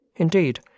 Indeed